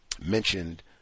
mentioned